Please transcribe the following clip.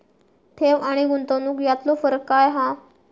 ठेव आनी गुंतवणूक यातलो फरक काय हा?